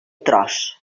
tros